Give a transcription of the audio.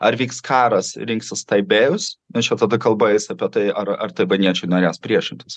ar vyks karas rinksis taibėjus nes čia tada kalba eis apie tai ar ar taivaniečiai norės priešintis